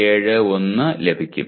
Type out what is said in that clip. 271 ലഭിക്കും